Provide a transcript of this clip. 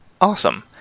awesome